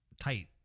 tight